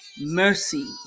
mercy